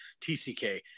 TCK